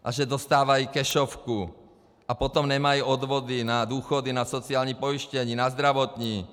A že dostávají kešovku a potom nemají odvody na důchody, na sociální pojištění, na zdravotní.